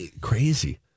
crazy